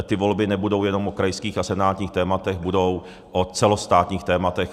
Ty volby nebudou jenom o krajských a senátních tématech, budou o celostátních tématech.